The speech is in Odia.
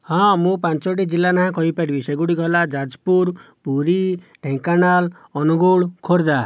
ହଁ ମୁଁ ପାଞ୍ଚଟି ଜିଲ୍ଲା ନାଁ କହିପାରିବି ସେଗୁଡ଼ିକ ହେଲା ଯାଜପୁର ପୁରୀ ଢେଙ୍କାନାଳ ଅନୁଗୁଳ ଖୋର୍ଦ୍ଧା